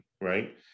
right